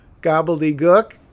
gobbledygook